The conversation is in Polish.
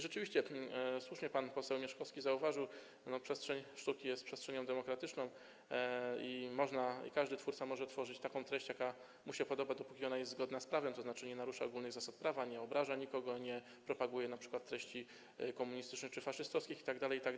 Rzeczywiście, jak słusznie pan poseł Mieszkowski zauważył, przestrzeń sztuki jest przestrzenią demokratyczną i każdy twórca może tworzyć taką treść, jaka mu się podoba, dopóki ona jest zgodna z prawem, tzn. nie narusza ogólnych zasad prawa, nie obraża nikogo, nie propaguje np. treści komunistycznych czy faszystowskich itd., itd.